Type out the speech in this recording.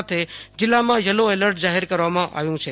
કચ્છ જીલ્લામાં yellow alert જાહેર કરવામાં આવ્યું છે